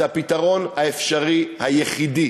זה הפתרון האפשרי היחיד,